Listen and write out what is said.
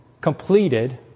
completed